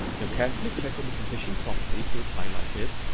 now carefully click on the position property so it's highlighted,